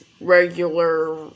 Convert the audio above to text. regular